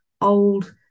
old